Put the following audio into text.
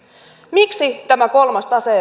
miksi tämä kolmas tase